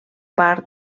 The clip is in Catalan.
part